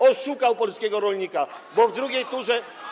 Oszukał polskiego rolnika, [[Poruszenie na sali]] bo w drugiej turze.